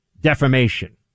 defamation